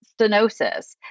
stenosis